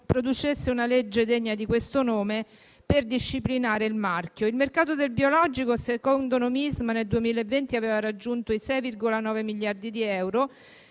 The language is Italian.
producesse una legge degna di questo nome, per disciplinare il marchio. Il mercato del biologico, secondo Nomisma, nel 2020 aveva raggiunto i 6,9 miliardi di euro,